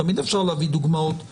תמיד אפשר להביא דוגמאות טובות,